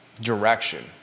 direction